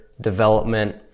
development